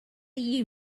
you